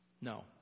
No